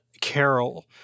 Carol